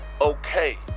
okay